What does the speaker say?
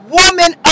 woman